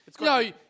No